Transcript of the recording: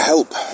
Help